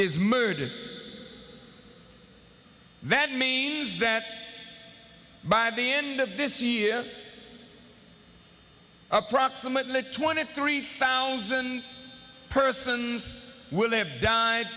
is murdered that means that by the end of this year approximately twenty three thousand persons will have died